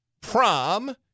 prom